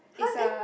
!huh! then